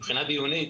מבחינה דיונית,